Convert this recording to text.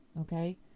okay